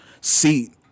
seat